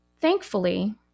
Thankfully